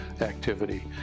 activity